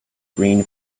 green